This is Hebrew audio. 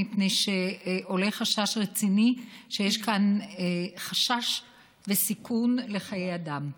מפני שעולה חשש רציני שיש כאן חשש לסיכון לחיי אדם.